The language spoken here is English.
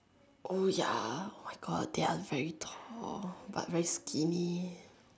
oh ya oh my god they are very tall but very skinny